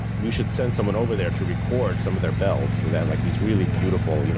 we should send someone over there to record some of their bells. they have like these really beautiful, you know